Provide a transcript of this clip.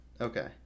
Okay